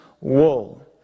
wool